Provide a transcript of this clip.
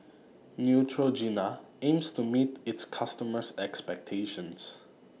Neutrogena aims to meet its customers' expectations